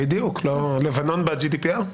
בדיוק לא, לבנון ב- GDPR?